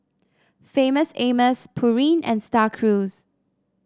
Famous Amos Pureen and Star Cruise